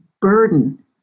burden